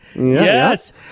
Yes